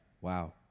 Wow